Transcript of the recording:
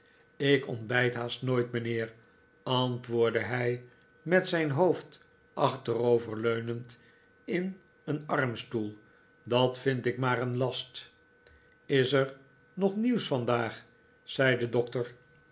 ik ontbijt haast nooit mijnheer antwoordde hij met zijn hoofd achterover leunend in een armstoel dat vind ik maar een last is er wat nieuws vandaag zei de doctor